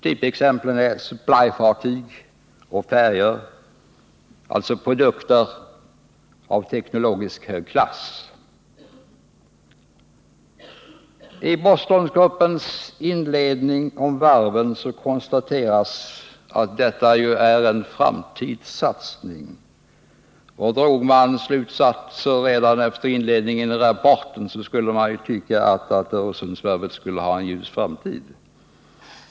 Typexemplen är supply-fartyg och färjor — alltså produkter av teknologiskt hög klass. I Bostongruppens inledning om varven konstateras att detta är en framtidssatsning. Drog man slutsatser redan efter inledningen i rapporten, skulle man tycka att Öresundsvarvet har en ljus framtid.